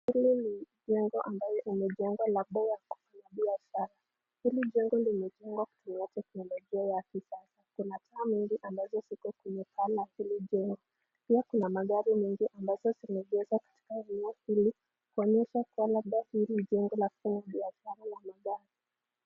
Jengo lililoko ambalo limejengwa la biashara. Hili jengo limejengwa kutumia teknolojia ya kisasa. Kuna rangi ambazo ziko kwenye gari la hilo jengo. Pia kuna magari mengi ambayo yamejengwa katika jengo hili kuonyesha kwamba hili ni jengo la biashara la magari.